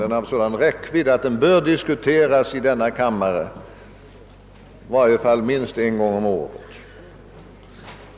Jag anser att den har en så stor betydelse att den bör diskuteras i denna kammare åtminstone en gång om året.